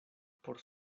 por